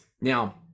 Now